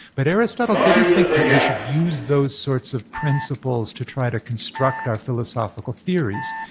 but aristotle didn't think that we should use those sorts of principles to try to construct our philosophical theories.